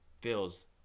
bills